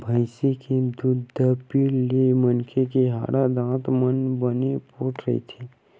भइसी के दूद पीए ले मनखे के हाड़ा, दांत मन बने पोठ रहिथे